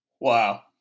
Wow